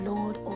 Lord